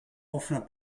offener